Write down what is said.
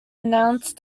announced